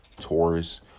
Taurus